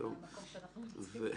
סליחה.